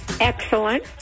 Excellent